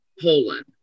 Poland